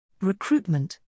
Recruitment